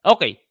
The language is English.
Okay